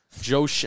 Joe